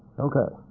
okay.